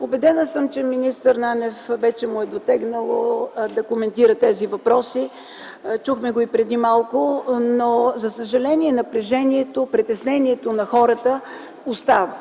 Убедена съм, че на министър Нанев вече му е дотегнало да коментира тези въпроси, чухме го и преди малко. Но, за съжаление, напрежението, притеснението на хората остава.